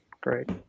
Great